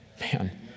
Man